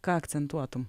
ką akcentuotum